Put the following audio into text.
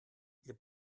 ihr